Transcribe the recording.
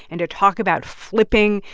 and to talk about flipping.